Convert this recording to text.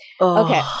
Okay